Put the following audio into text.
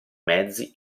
mezzi